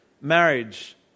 Marriage